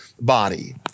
body